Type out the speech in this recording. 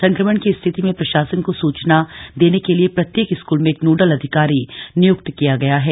संक्रमण की स्थिति में प्रशासन को सूचना देने के लिए प्रत्येक स्कूल में एक नोडल अधिकारी निय्क्त किया जाएगा